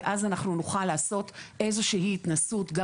ואז אנחנו נוכל לעשות איזושהי התנסות גם